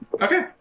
Okay